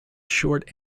short